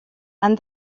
and